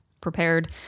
prepared